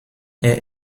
est